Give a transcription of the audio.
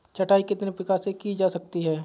छँटाई कितने प्रकार से की जा सकती है?